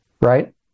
right